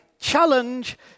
Challenge